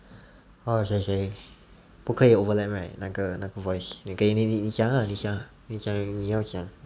what was I saying 不可以 overlap right 那个那个 voice okay 你讲啦你讲你讲你要讲